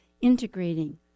integrating